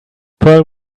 pearl